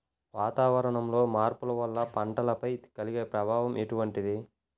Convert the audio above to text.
వాతావరణంలో మార్పుల వల్ల పంటలపై కలిగే ప్రభావం ఎటువంటిది?